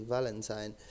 Valentine